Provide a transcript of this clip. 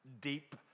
deep